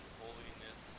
holiness